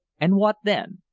and what then?